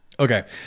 Okay